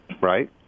right